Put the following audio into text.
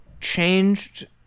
changed